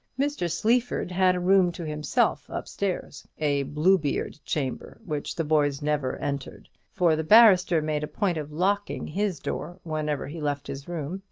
mr. sleaford had a room to himself up-stairs a bluebeard chamber, which the boys never entered for the barrister made a point of locking his door whenever he left his room,